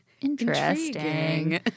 interesting